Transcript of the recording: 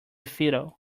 fiddle